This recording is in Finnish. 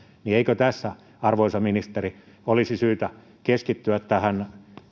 niin eikö tässä arvoisa ministeri olisi syytä keskittyä tähän